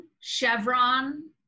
Chevron